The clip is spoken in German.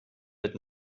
mit